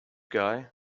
guy